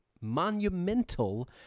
monumental